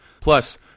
Plus